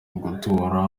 gutura